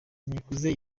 nikuze